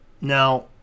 Now